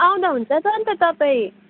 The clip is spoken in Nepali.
आउँदा हुन्छ त अन्त तपाईँ